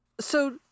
So-